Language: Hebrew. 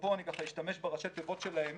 ופה אני אשתמש בראשי התיבות שלהם